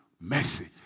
mercy